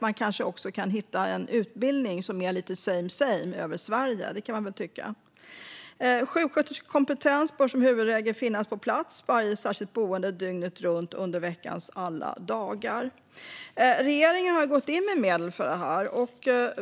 Man kanske också kan hitta en utbildning som är lite same same över Sverige, kan jag tycka. Sjuksköterskekompetens bör som huvudregel finnas på plats på varje särskilt boende dygnet runt under veckans alla dagar. Regeringen har gått in med medel för det här.